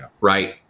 Right